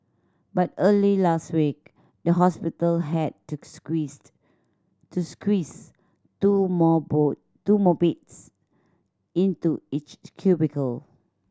but early last week the hospital had to squeezed to squeeze two more two more beds into each cubicle